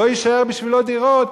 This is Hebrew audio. לא יישארו בשבילו דירות,